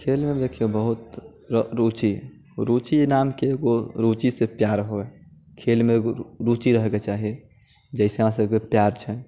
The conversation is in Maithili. खेलमे देखियौ बहुत रुचि रुचि नामके एगो रुचिसँ प्यार हुए खेलमे एगो रुचि रहैके चाही जाहिसँ अहाँसभके प्यार छै